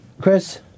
Chris